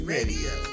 Radio